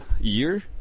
year